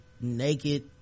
naked